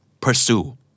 pursue